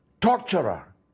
torturer